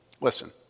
listen